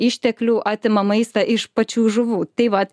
išteklių atima maistą iš pačių žuvų tai vat